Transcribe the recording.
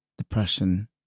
depression